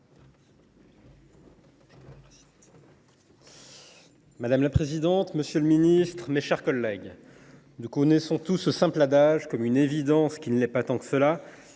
Madame la présidente, monsieur le ministre, mes chers collègues, nous connaissons tous cet adage simple, telle une évidence qui ne l’est pourtant pas tant que cela